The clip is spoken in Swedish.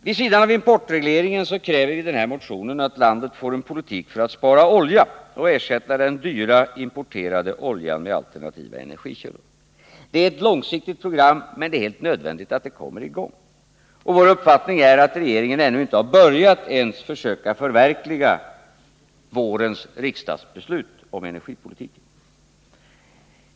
Vid sidan av importregleringen kräver vi i motionen att landet skall få en politik för att spara olja och ersätta den dyra, importerade oljan med alternativa energikällor. Det är ett långsiktigt program, men det är helt nödvändigt att det kommer i gång. Vår uppfattning är att regeringen ännu inte har börjat att ens försöka förverkliga vårens riksdagsbeslut om energipolitiken.